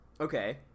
Okay